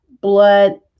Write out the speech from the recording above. blood